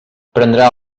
prendrà